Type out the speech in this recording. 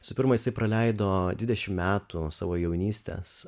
visų pirma jisai praleido dvidešim metų savo jaunystės